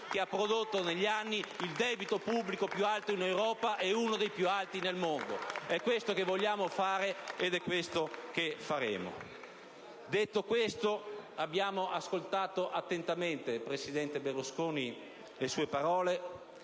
che ha prodotto negli anni il debito pubblico più alto in Europa e uno dei più alti nel mondo. È questo che vogliamo fare, ed è questo che faremo. *(Applausi dal Gruppo LNP).* Detto questo, abbiamo ascoltato attentamente, presidente Berlusconi, le sue parole,